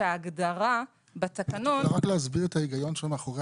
את יכולה להסביר את ההיגיון מאחורי